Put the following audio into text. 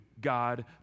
God